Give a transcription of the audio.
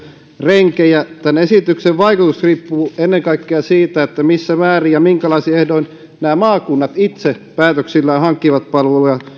renkejä tämän esityksen vaikutus riippuu ennen kaikkea siitä missä määrin ja minkälaisin ehdoin nämä maakunnat itse päätöksillään hankkivat palveluja